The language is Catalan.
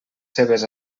seves